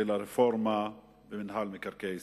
של הרפורמה במינהל מקרקעי ישראל.